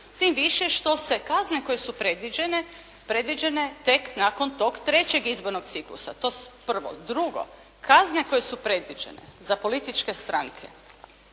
tim više što se kazne koje su predviđene, tek nakon tog trećeg izbornog ciklusa, to prvo. Drugo, kazne koje su predviđene za političke stranke